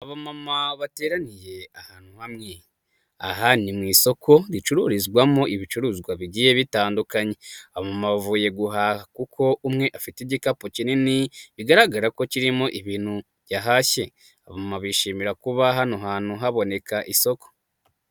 Abamama bateraniye ahantu hamwe, aha ni mu isoko ricururizwamo ibicuruzwa bigiye bitandukanye, abamama bavuye guhaha kuko umwe afite igikapu kinini bigaragara ko kirimo ibintu yahashye, abamama bishimira kuba hano hantu haboneka isoko.